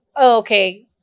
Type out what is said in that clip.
okay